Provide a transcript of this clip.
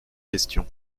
question